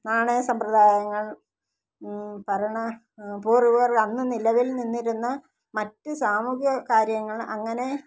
നാണയ സമ്പ്രദായങ്ങൾ ഭരണ പൂർവ്വീകർ അന്ന് നിലവിൽ നിന്നിരുന്ന മറ്റു സാമൂഹ്യ കാര്യങ്ങൾ അങ്ങനെ